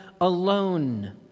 alone